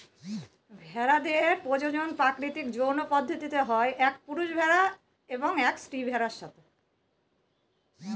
ভেড়াদের প্রজনন প্রাকৃতিক যৌন পদ্ধতিতে হয় এক পুরুষ ভেড়া এবং এক স্ত্রী ভেড়ার সাথে